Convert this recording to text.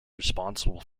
responsible